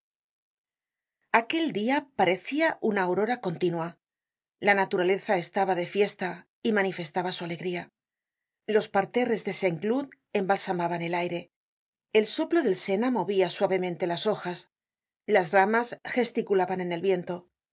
aquel dia parecia una aurora continua la naturaleza estaba de fiesta y manifestaba su alegría los parterres de saint cloud embalsamaban el aire el soplo del sena movia suavemente las hojas las ramas gesticulaban en el viento las